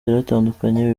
yaratandukanye